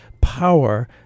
power